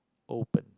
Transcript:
open